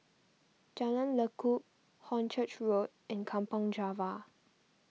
Jalan Lekub Hornchurch Road and Kampong Java